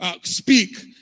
speak